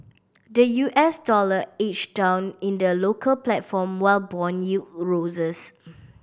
the U S dollar edged down in the local platform while bond yield roses